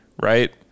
right